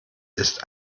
ist